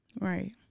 Right